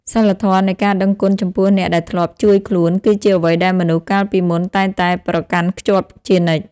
សីលធម៌នៃការដឹងគុណចំពោះអ្នកដែលធ្លាប់ជួយខ្លួន គឺជាអ្វីដែលមនុស្សកាលពីមុនតែងតែប្រកាន់ខ្ជាប់ជានិច្ច។